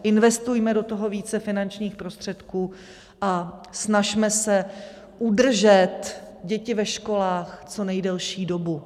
Investujme do toho více finančních prostředků a snažme se udržet děti ve školách co nejdelší dobu.